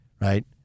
Right